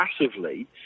massively